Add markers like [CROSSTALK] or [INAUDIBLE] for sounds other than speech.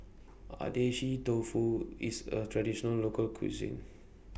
[UNINTELLIGIBLE] Dofu IS A Traditional Local Cuisine